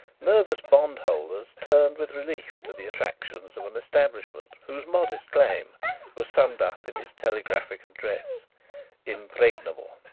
nervous bond-holders turned with relief to the attractions of an establishment whose modest claim was summed up in its telegraphic address impregnable.